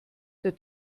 der